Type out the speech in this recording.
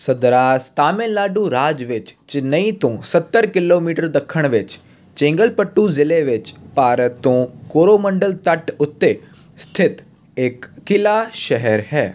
ਸਦਰਾਸ ਤਾਮਿਲਨਾਡੂ ਰਾਜ ਵਿੱਚ ਚੇਨੱਈ ਤੋਂ ਸੱਤਰ ਕਿਲੋਮੀਟਰ ਦੱਖਣ ਵਿੱਚ ਚੇਂਗਲਪੱਟੂ ਜ਼ਿਲ੍ਹੇ ਵਿੱਚ ਭਾਰਤ ਤੋਂ ਕੋਰੋਮੰਡਲ ਤੱਟ ਉੱਤੇ ਸਥਿਤ ਇੱਕ ਕਿਲ੍ਹਾ ਸ਼ਹਿਰ ਹੈ